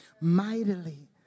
mightily